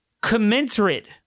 Commensurate